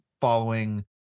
following